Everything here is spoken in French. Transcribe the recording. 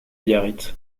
biarritz